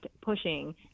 pushing